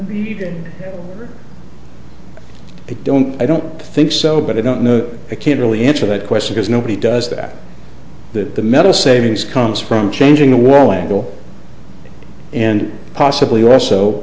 they don't i don't think so but i don't know i can't really answer that question because nobody does that that the metal savings comes from changing the wall angle and possibly also